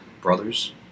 Brothers